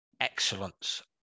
excellence